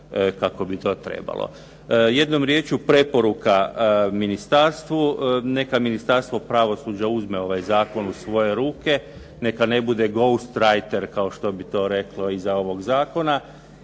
kako bi to trebalo. Jednom riječju, preporuka ministarstvu. Neka Ministarstvo pravosuđa uzme ovaj zakon u svoje ruke, neka ne bude "ghost rider" kao što bi to reklo iza ovog zakona